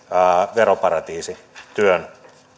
veroparatiisityön